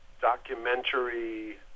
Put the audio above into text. documentary